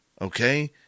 Okay